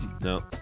No